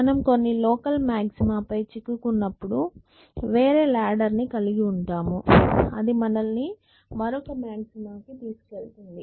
మనం కొన్ని local maxima పై చిక్కుకున్నప్పుడు వేరే లాడర్ ను కలిగి ఉంటాము అది మనల్ని మరొక మాక్సిమాకు తీసుకువెళుతుంది